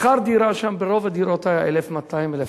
שכר דירה שם, ברוב הדירות, היה 1,200, 1,500,